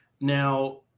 Now